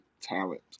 talent